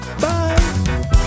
Bye